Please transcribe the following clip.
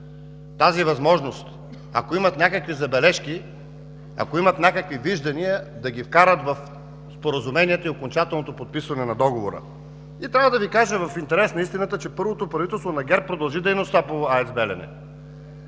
тази възможност – ако имат някакви забележки, ако имат някакви виждания да ги вкарат в споразумението и окончателното подписване на договора. И трябва да Ви кажа в интерес на истината, че първото правителство на ГЕРБ продължи дейността по АЕЦ